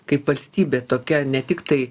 kaip valstybė tokia ne tiktai